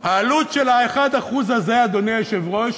העלות של ה-1% הזה, אדוני היושב-ראש,